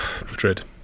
Madrid